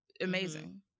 amazing